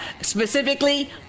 Specifically